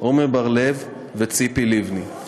עמר בר-לב וציפי לבני.